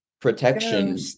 protection